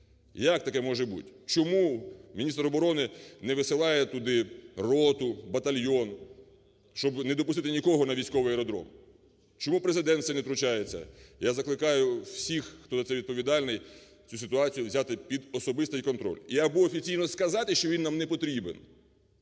Як таке може бути? Чому міністр оборони не висилає туди роту, батальйон, щоб не допустити нікого на військовий аеродром. Чому Президент в це не втручається? Я закликаю всіх, хто за це відповідальний, цю ситуацію взяти під особистий контроль. І або офіційно сказати, що він нам не потрібен,